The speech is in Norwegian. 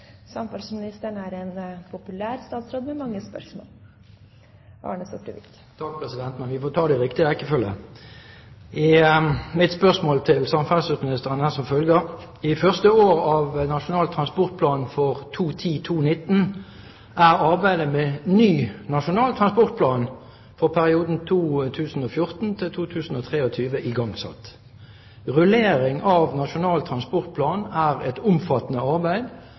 samferdselsministeren er som følger: «I første år av Nasjonal transportplan 2010–2019 er arbeidet med ny Nasjonal transportplan 2014–2023 igangsatt. Rullering av Nasjonal transportplan er et omfattende arbeid